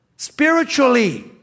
spiritually